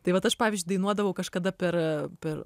tai vat aš pavyzdžiui dainuodavau kažkada per per